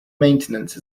maintenance